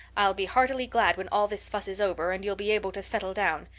i'll be heartily glad when all this fuss is over and you'll be able to settle down.